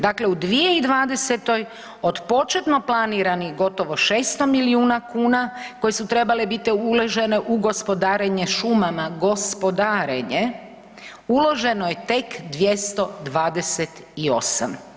Dakle u 2020. od početno planiranih gotovo 600 milijuna kuna koje su trebale biti uložene u gospodarenje šumama, gospodarenje uloženo je tek 228.